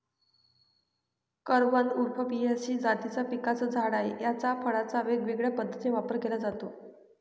करवंद उफॉर्बियेसी जातीच्या पिकाचं झाड आहे, याच्या फळांचा वेगवेगळ्या पद्धतीने वापर केला जातो